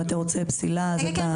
אם אתה רוצה פסילה אז אתה מוזמן.